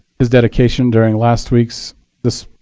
his dedication during last week's this,